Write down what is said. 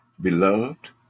beloved